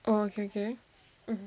oh okay okay